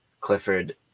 Clifford